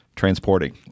transporting